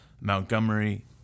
Montgomery